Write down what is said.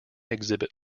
exhibit